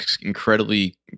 incredibly